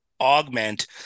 augment